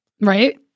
Right